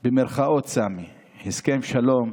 "הסכם שלום"